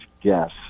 guess